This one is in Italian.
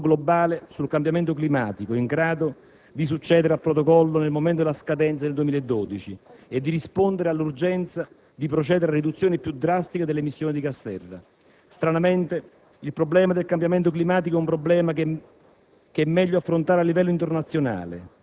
l'Unione Europea chiede a gran voce un accordo globale sul cambiamento climatico in grado di succedere al Protocollo nel momento della sua scadenza nel 2012 e di rispondere all'urgenza di procedere a riduzioni più drastiche delle emissioni di gas serra. Sicuramente quello del cambiamento climatico è un problema che